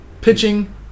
Pitching